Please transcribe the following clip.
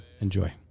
Enjoy